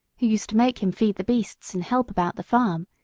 who used to make him feed the beasts and help about the farm,